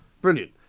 Brilliant